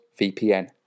VPN